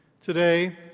Today